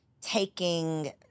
taking